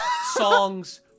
songs